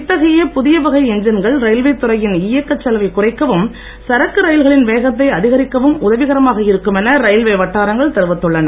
இத்தகைய புதிய வகை எஞ்சின்கள் ரயில்வேத் துறையின் இயக்கச் செலவைக் குறைக்கவும் சரக்கு ரயில்களின் வேகத்தை அதிகரிக்கவும் உதவிகரமாக இருக்கும் என ரயில்வே வட்டாரங்கள் தெரிவித்துள்ளன